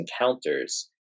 encounters